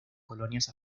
colonias